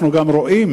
אנחנו רואים